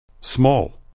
Small